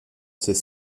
ces